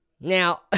Now